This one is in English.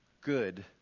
good